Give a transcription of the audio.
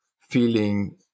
feeling